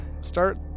start